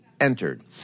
entered